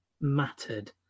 mattered